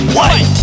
white